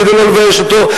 כדי לא לבייש אותו,